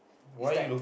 it's like